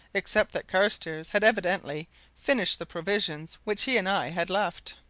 except that carstairs had evidently finished the provisions which he and i had left.